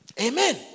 Amen